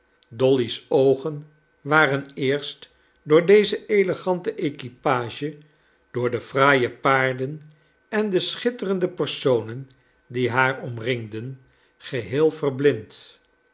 dolly's oogen waren eerst door deze elegante equipage door de fraaie paarden en de schitterende personen die haar omringden geheel verblind